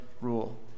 rule